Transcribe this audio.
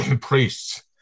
priests